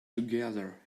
together